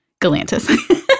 Galantis